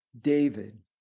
David